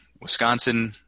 Wisconsin